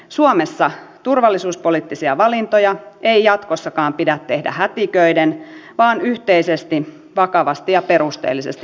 suomessa turvallisuuspoliittisia valintoja ei jatkossakaan pidä tehdä hätiköiden vaan yhteisesti vakavasti ja perusteellisesti harkiten